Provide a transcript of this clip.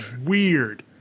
weird